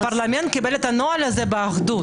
אמרת שהפרלמנט קיבל את הנוהל הזה באחדות.